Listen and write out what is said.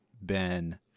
Ben